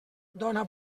dóna